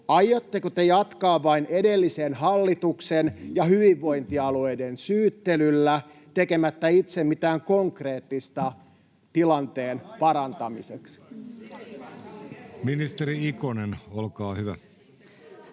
Aiotteko te jatkaa vain edellisen hallituksen ja hyvinvointialueiden syyttelyllä tekemättä itse mitään konkreettista tilanteen parantamiseksi? [Antti Kurvinen: Tämä